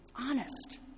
Honest